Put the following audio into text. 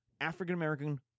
African-American